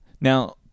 Now